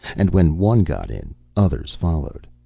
and when one got in others followed.